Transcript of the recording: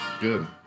Good